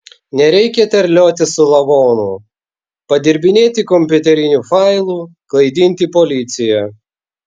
nereikia terliotis su lavonu padirbinėti kompiuterinių failų klaidinti policiją